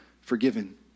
forgiven